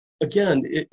again